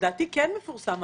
לדעתי כן מפורסם.